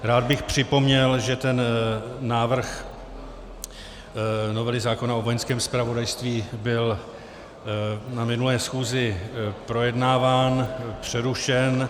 Rád bych připomněl, že návrh novely zákona o Vojenském zpravodajství byl na minulé schůzi projednáván, přerušen.